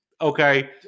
Okay